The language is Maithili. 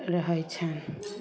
रहै छनि